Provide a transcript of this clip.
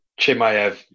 Chimayev